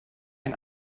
ein